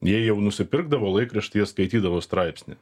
jie jau nusipirkdavo laikraštyje skaitydavo straipsnį